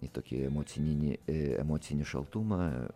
į tokį emocininį emocinį šaltumą